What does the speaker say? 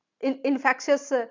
infectious